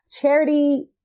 Charity